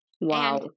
Wow